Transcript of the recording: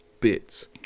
bits